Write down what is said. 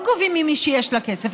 לא גובים ממי שיש לה כסף,